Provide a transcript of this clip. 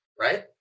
right